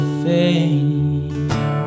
fame